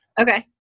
Okay